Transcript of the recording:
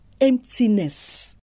emptiness